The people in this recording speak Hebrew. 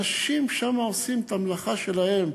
אנשים שם עושים את המלאכה שלהם,